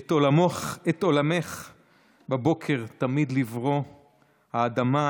"את עולמך בבוקר תמיד לברוא / האדמה,